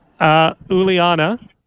Uliana